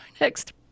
next